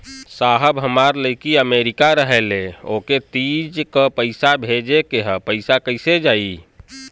साहब हमार लईकी अमेरिका रहेले ओके तीज क पैसा भेजे के ह पैसा कईसे जाई?